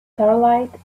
starlight